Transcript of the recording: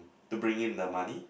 to bring in the money